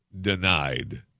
denied